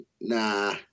Nah